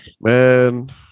Man